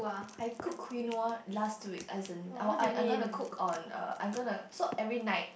I cook quinoa last week as in I I going cook on err I gonna so every night